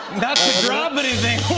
drop anything.